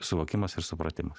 suvokimas ir supratimas